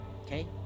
Okay